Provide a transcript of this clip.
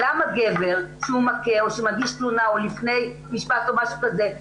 למה גבר שמכה או שמגיש תלונה או לפני משפט או משהו כזה,